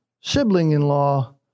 sibling-in-law